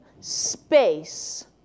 space